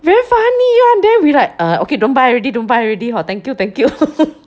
very funny [one] then we like err okay don't buy already don't buy already hor thank you thank you